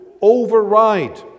override